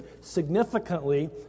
Significantly